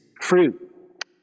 fruit